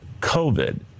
covid